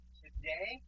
today